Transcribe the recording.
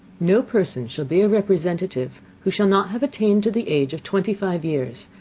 no person shall be a representative who shall not have attained to the age of twenty five years,